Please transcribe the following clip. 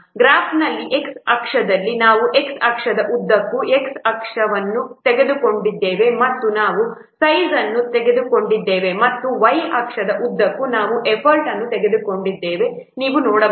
ಈ ಗ್ರಾಫ್ನಲ್ಲಿ x ಅಕ್ಷದಲ್ಲಿ ನಾವು x ಅಕ್ಷದ ಉದ್ದಕ್ಕೂ x ಅಕ್ಷವನ್ನು ತೆಗೆದುಕೊಂಡಿದ್ದೇವೆ ಮತ್ತು ನಾವು ಸೈಜ್ ಅನ್ನು ತೆಗೆದುಕೊಂಡಿದ್ದೇವೆ ಮತ್ತು y ಅಕ್ಷದ ಉದ್ದಕ್ಕೂ ನಾವು ಎಫರ್ಟ್ ಅನ್ನು ತೆಗೆದುಕೊಂಡಿದ್ದೇವೆ ಎಂದು ನೀವು ನೋಡಬಹುದು